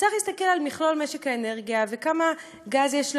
וצריך להסתכל על מכלול משק האנרגיה וכמה גז יש לנו,